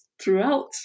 throughout